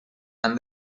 han